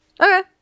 okay